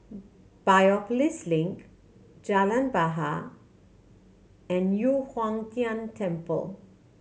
Biopolis Link Jalan Bahar and Yu Huang Tian Temple